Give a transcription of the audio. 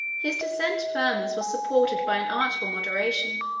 his decent firmness was supported by an artful moderation,